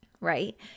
right